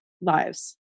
lives